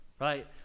right